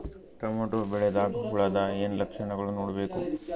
Tomato ಬೆಳಿದಾಗ್ ಹುಳದ ಏನ್ ಲಕ್ಷಣಗಳು ನೋಡ್ಬೇಕು?